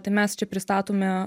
tai mes čia pristatome